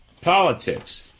politics